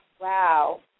Wow